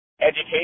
Education